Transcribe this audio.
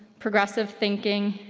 progressive thinking,